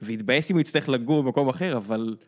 והתבאס אם הוא יצטרך לגור במקום אחר, אבל...